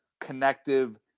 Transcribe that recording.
connective